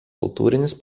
kultūrinis